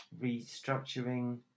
restructuring